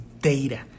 Data